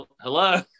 hello